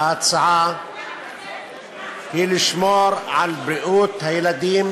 ההצעה היא לשמור על בריאות הילדים,